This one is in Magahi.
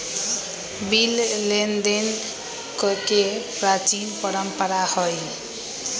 बिल लेनदेन कके प्राचीन परंपरा हइ